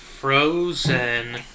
frozen